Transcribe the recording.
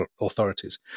authorities